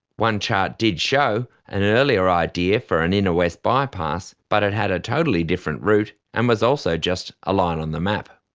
one chart did show an earlier idea for an inner west bypass, but it had a totally different route and was also just a line on a map.